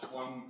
one